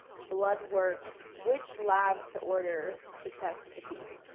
blood work, which labs to order to test fatigue,